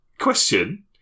question